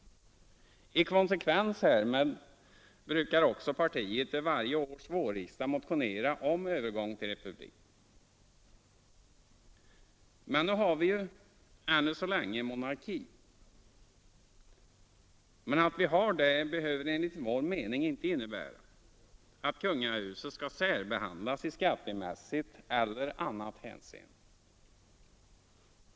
I konsekvens härmed brukar också partiet till varje års vårriksdag motionera om övergång till republik. Nu har vi ännu så länge monarki. Men att vi har det behöver enligt vår mening inte innebära att kungahuset skall särbehandlas i skattemässigt eller annat hänseende.